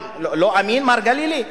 לא אמין מר גלילי?